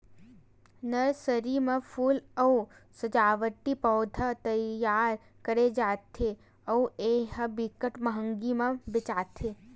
nursery म फूल अउ सजावटी पउधा तइयार करे जाथे अउ ए ह बिकट मंहगी म बेचाथे